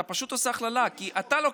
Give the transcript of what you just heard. אתה פשוט עושה הכללה, כי אתה לוקח,